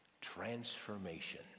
Transformation